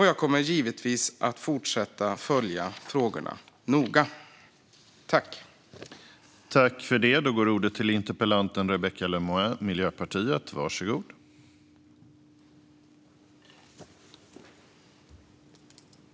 Jag kommer givetvis att fortsätta följa frågorna noga.